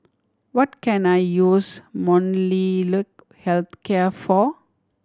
what can I use Molnylcke Health Care for